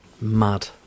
Mad